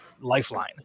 lifeline